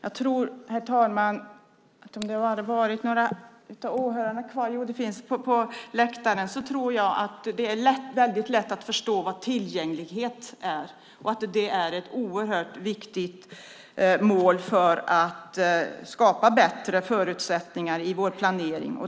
Herr talman! Jag tror att det är väldigt lätt att förstå vad tillgänglighet är. Det är ett oerhört viktigt mål för att skapa bättre förutsättningar i vår planering.